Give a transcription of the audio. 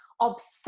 obsessed